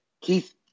Keith